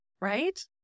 Right